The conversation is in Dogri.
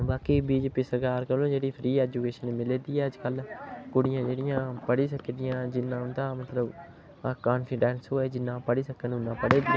बाकि बी जे पी सरकार कोला जेह्ड़ी फ्री एजुकेशन मिला दी ऐ अज्जकल कुड़ियां जेह्ड़ियां पढ़ी सकदियां जि'न्ना उ'न्दा मतलब अपने पर कॉन्फिडेंस होऐ जि'न्ना पढ़ी सकन उ'न्ना ओह् पढ़े दियां न